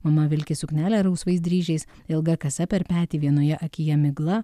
mama vilki suknelę rausvais dryžiais ilga kasa per petį vienoje akyje migla